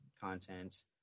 content